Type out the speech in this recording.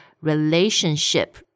relationship